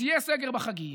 אז יהיה סגר בחגים,